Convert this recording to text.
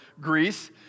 Greece